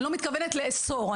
אני לא מתכוונת לאסור,